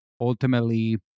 ultimately